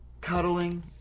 cuddling